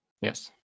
yes